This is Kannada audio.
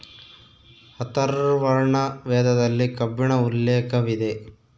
ಅಥರ್ವರ್ಣ ವೇದದಲ್ಲಿ ಕಬ್ಬಿಣ ಉಲ್ಲೇಖವಿದೆ